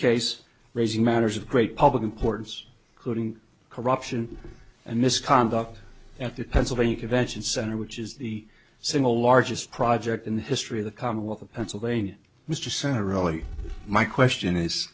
case raising matters of great public importance gooding corruption and misconduct at the pennsylvania convention center which is the single largest project in the history of the commonwealth of pennsylvania mr senator really my question is